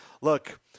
look